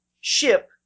ship